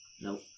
Nope